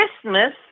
Christmas